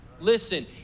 Listen